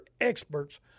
experts